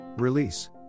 Release